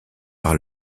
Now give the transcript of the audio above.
par